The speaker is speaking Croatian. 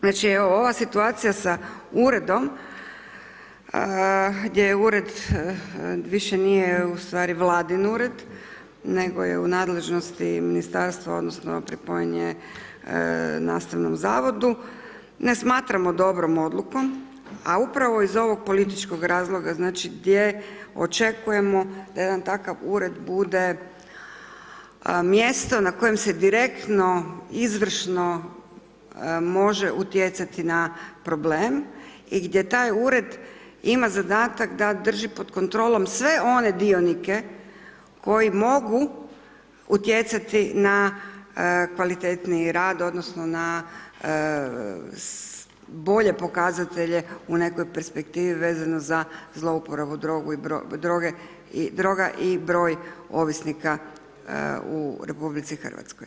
Znači evo ova situacija sa uredom gdje je ured više nije u stvari Vladin ured, nego je u nadležnosti ministarstva odnosno pripojen je nastavnom zavodom ne smatramo dobrom odlukom, a upravo iz ovog političkog razloga, znači gdje očekujemo da jedan takav ured bude mjesto na kojem se direktno, izvršno može utjecati na problem i gdje taj ured ima zadatak da drži pod kontrolom sve one dionike koji mogu utjecati na kvalitetniji rad, odnosno na bolje pokazatelje u nekoj perspektivi vezano za zlouporabu droge, droga i broj ovisnika u RH.